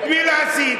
את מי להסית?